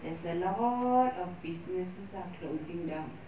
there's a lot of businesses are closing down